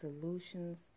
solutions